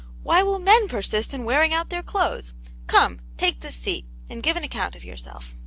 why will men persist in wearing out their clothes come, take this seat, and give an account of yourself.